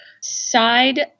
Side